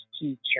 teacher